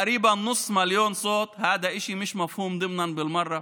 קרוב לחצי מיליון קולות זה דבר לא מובן מאליו כלל.